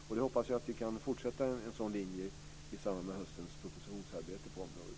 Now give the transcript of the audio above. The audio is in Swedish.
Jag hoppas att vi kan fortsätta en sådan linje i samband med höstens propositionsarbete på området.